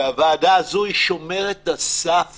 והוועדה הזו היא שומרת הסף